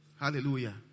Hallelujah